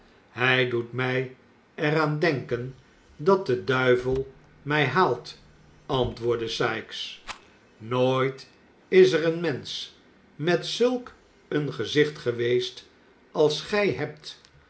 hij doet mij er aan denken dat de duivel mij haalt antwoordde sikes nooit is er een mensch met zulk een gezicht geweest als gij hebt